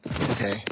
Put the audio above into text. Okay